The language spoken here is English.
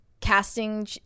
casting